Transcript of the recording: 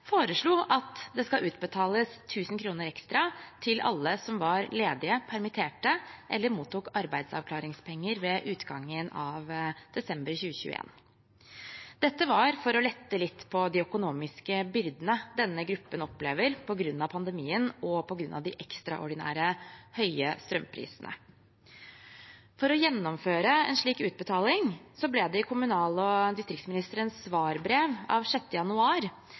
foreslo at det skulle utbetales 1 000 kr ekstra til alle som var ledig, permittert eller mottok arbeidsavklaringspenger ved utgangen av desember 2021. Dette var for å lette litt på de økonomiske byrdene denne gruppen opplever på grunn av pandemien og på grunn av de ekstraordinært høye strømprisene. For å gjennomføre en slik utbetaling ble det i kommunal- og distriktsministerens svarbrev av 6. januar